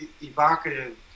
evocative